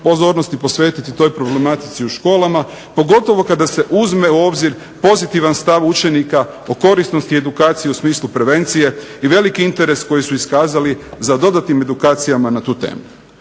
pozornosti posvetiti toj problematici u školama, pogotovo kada se uzme u obzir pozitivan stav učenika o korisnosti edukacije u smislu prevencije i veliki interes koji su iskazali za dodatnim edukacijama na tu temu.